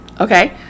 okay